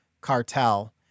cartel